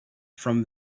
from